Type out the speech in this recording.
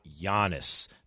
Giannis